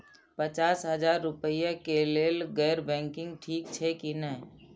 पचास हजार रुपए के लेल गैर बैंकिंग ठिक छै कि नहिं?